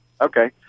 Okay